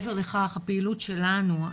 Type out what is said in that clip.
מעבר לכך הפעילות שלנו,